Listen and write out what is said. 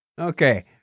Okay